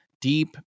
deep